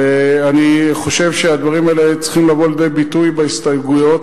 ואני חושב שהדברים האלה צריכים לבוא לידי ביטוי בהסתייגויות.